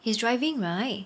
he's driving right